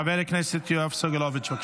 חבר הכנסת יואב סגלוביץ', בבקשה.